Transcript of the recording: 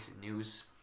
news